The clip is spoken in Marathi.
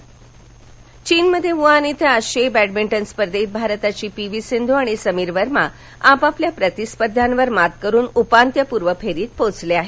क्रीडा चीनमध्ये वूहान इथं आशियाई बद्धमिंटन स्पर्धेत भारताची पी वी सिंधू आणि समीर वर्मा आपापल्या प्रतिस्पर्ध्यांवर मात करून उपांत्यपूर्व फेरीत पोचले आहेत